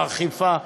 האכיפה,